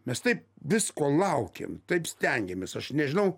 mes taip visko laukėm taip stengiamės aš nežinau